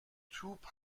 توپ